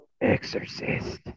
Exorcist